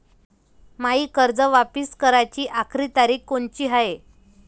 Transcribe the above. मायी कर्ज वापिस कराची आखरी तारीख कोनची हाय?